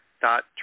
dot